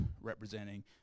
representing